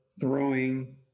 throwing